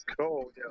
cold